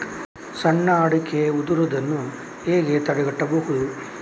ಸಣ್ಣ ಅಡಿಕೆ ಉದುರುದನ್ನು ಹೇಗೆ ತಡೆಗಟ್ಟಬಹುದು?